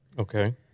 Okay